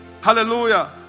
hallelujah